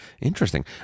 Interesting